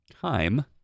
time